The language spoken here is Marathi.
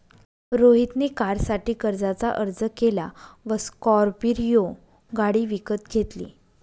रोहित ने कारसाठी कर्जाचा अर्ज केला व स्कॉर्पियो गाडी विकत घेतली